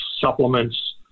supplements